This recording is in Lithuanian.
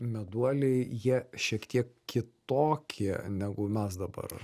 meduoliai jie šiek tiek kitokie negu mes dabar